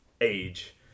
age